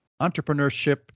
Entrepreneurship